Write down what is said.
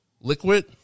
liquid